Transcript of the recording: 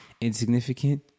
insignificant